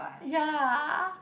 ya